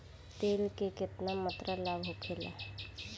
तेल के केतना मात्रा लाभ होखेला?